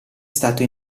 stato